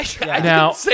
Now